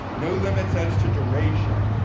no limits as to duration,